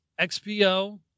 XPO